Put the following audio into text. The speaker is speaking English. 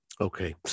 Okay